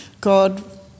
God